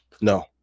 No